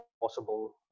possible